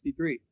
1963